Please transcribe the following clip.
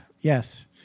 Yes